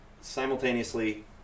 simultaneously